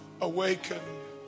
Awaken